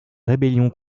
rébellion